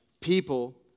people